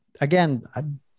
again